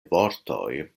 vortoj